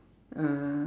uh